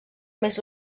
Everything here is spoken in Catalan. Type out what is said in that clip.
més